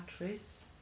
batteries